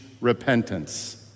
repentance